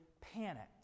panicked